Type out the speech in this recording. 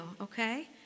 okay